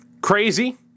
Crazy